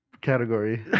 category